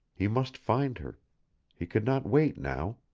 he must find her he could not wait now.